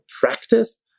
practice